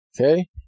Okay